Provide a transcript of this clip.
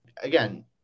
again